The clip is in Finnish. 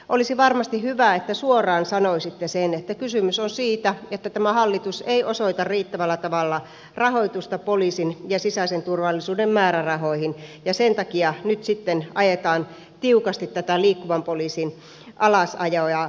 olisi varmasti hyvä että suoraan sanoisitte sen että kysymys on siitä että tämä hallitus ei osoita riittävällä tavalla rahoitusta poliisin ja sisäisen turvallisuuden määrärahoihin ja sen takia nyt sitten ajetaan tiukasti tätä liikkuvan poliisin alasajoa